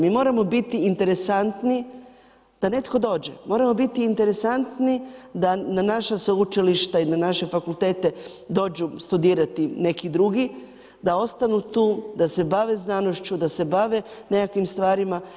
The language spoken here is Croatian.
Mi moramo biti interesantni da netko dođe, moramo biti interesantni da na naša sveučilišta i na naše fakultete dođu studirati neki drugi, da ostanu tu, da se bave znanošću, da se bave nekakvim stvarima.